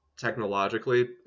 technologically